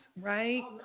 right